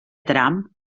tram